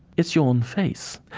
it's your own face.